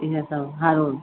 इहए सभ हार ओर